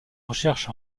recherche